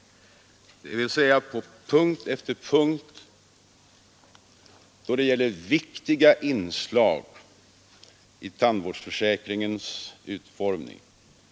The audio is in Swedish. Förbundet har alltså på punkt efter punkt i utredningens förslag gått emot viktiga inslag i tandvårdsförsäkringens utformning.